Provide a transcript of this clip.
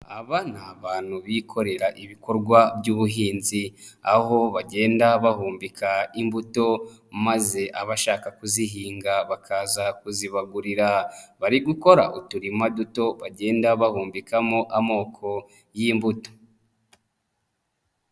Aba ni abantu bikorera ibikorwa by'ubuhinzi, aho bagenda bahumbika imbuto maze abashaka kuzihinga bakaza kuzibagurira, bari gukora uturima duto bagenda bahumbikamo amoko y'imbuto.